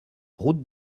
route